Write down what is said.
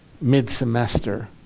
mid-semester